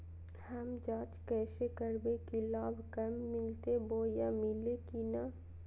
हम जांच कैसे करबे की लाभ कब मिलते बोया मिल्ले की न?